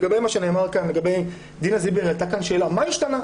דינה זילבר העלתה כאן שאלה, מה השתנה?